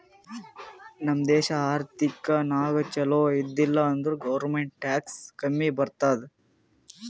ನಮ್ ದೇಶ ಆರ್ಥಿಕ ನಾಗ್ ಛಲೋ ಇದ್ದಿಲ ಅಂದುರ್ ಗೌರ್ಮೆಂಟ್ಗ್ ಟ್ಯಾಕ್ಸ್ ಕಮ್ಮಿ ಬರ್ತುದ್